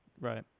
Right